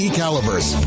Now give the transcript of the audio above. calibers